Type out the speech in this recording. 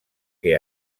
que